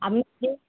আপনি সে